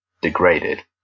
degraded